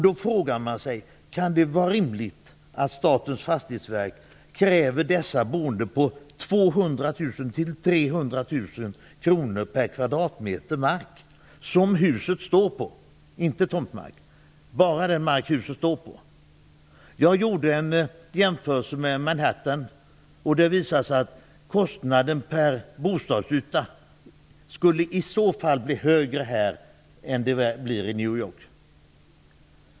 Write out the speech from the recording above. Då frågar man sig: Kan det vara rimligt att Statens fastighetsverk kräver dessa boende på 200 000-300 000 kr per kvadratmeter mark, dvs. bara den mark som huset står på, inte tomtmarken? Jag gjorde en jämförelse med Manhattan, och det visade sig att kostnaden per bostadsyta skulle bli högre här än i New York.